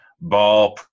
ball –